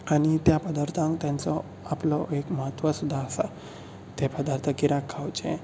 आनी त्या पदार्थाक तांचो आपलो एक म्हत्व सुद्दा आसा ते पदार्थ कित्याक खावचे